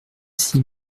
six